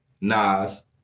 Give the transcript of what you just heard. Nas